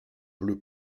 bleu